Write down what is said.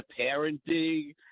parenting